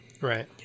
Right